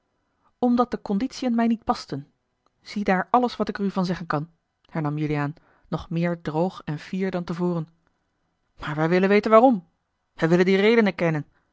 omdat de conditiën mij niet pasten ziedaar alles wat ik er u van zeggen kan hernam juliaan nog meer droog en fier dan te voren maar wij willen weten waarom wij willen die redenen kennen